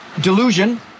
Delusion